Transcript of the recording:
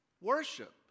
Worship